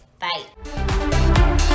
bye